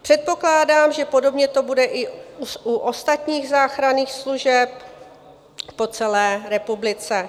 Předpokládám, že podobně to bude i u ostatních záchranných služeb po celé republice.